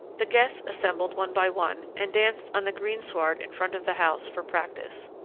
the guests assembled one by one and danced on the greensward in front of the house, for practice.